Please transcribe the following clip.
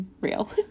real